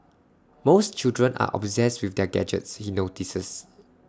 most children are obsessed with their gadgets he notices